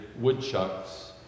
woodchucks